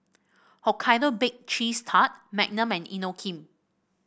Hokkaido Baked Cheese Tart Magnum and Inokim